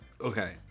okay